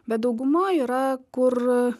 bet dauguma yra kur